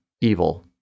evil